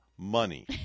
Money